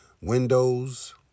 windows